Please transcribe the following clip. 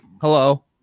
hello